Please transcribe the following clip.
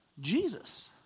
Jesus